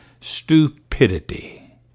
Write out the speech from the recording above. stupidity